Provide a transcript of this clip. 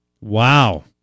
Wow